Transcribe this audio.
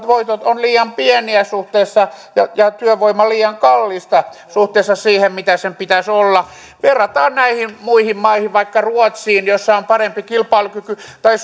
voitot ovat liian pieniä ja ja työvoima liian kallista suhteessa siihen mitä sen pitäisi olla verrataan näihin muihin maihin vaikka ruotsiin jossa on parempi kilpailukyky tai